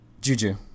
Juju